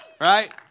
Right